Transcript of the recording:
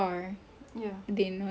!wow!